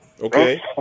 Okay